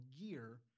Gear